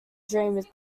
dreams